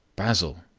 basil,